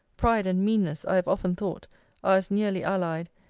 pride and meanness, i have often thought, are as nearly allied,